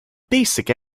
basic